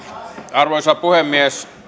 arvoisa puhemies